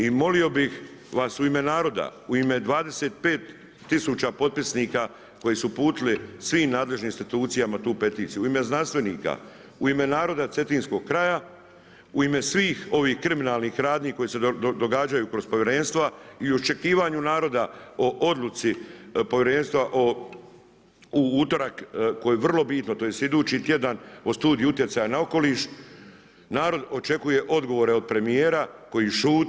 I molio bih vas u ime naroda, u ime 25 tisuća potpisnika koji su uputili svim nadležnim institucijama tu peticiju, u ime znanstvenika, u ime naroda Cetinskog kraja, u ime svih ovih kriminalnih radnji koje se događaju kroz povjerenstva i u iščekivanju naroda o odluci Povjerenstva u utorak koje je vrlo bitno, tj. idući tjedan o studiji utjecaja na okoliš narod očekuje odgovore od premijera koji šuti.